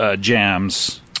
jams